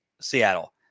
Seattle